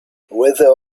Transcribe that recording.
whether